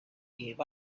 gave